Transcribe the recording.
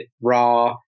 raw